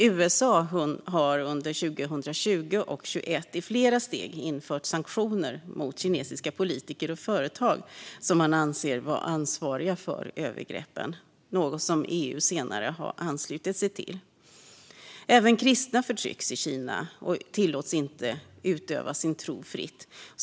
USA har under 2020 och 2021 i flera steg infört sanktioner mot kinesiska politiker och företag som man anser vara ansvariga för övergreppen, något som EU senare har anslutit sig till. Även kristna förtrycks i Kina och tillåts inte utöva sin tro fritt.